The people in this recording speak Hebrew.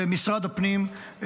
ומשרד הפנים,